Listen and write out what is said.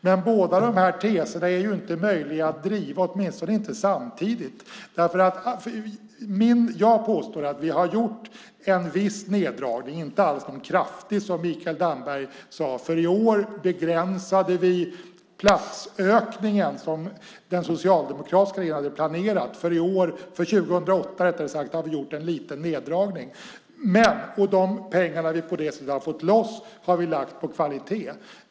Men båda dessa teser är inte möjliga att driva, åtminstone inte samtidigt. Jag påstår att vi har gjort en viss neddragning - inte alls någon kraftig, som Mikael Damberg sade. I år begränsade vi platsökningen som den socialdemokratiska regeringen hade planerat. För 2008 har vi gjort en liten neddragning. De pengar som vi på det sättet har fått loss har vi lagt på kvalitet.